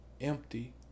empty